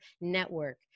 network